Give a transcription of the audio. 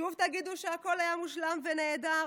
שוב תגידו שהכול היה מושלם ונהדר?